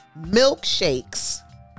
milkshakes